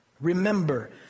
remember